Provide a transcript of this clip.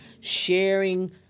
sharing